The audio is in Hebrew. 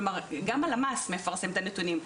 גם הלמ"ס מפרסם את הנתונים.